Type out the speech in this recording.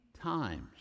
times